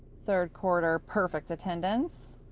third quarter perfect attendance,